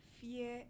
fear